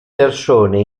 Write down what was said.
persone